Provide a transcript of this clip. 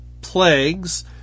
plagues